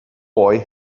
boy